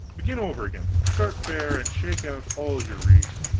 begin over again start fair, and shake out all your reefs,